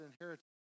inheritance